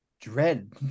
dread